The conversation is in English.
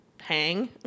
hang